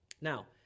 Now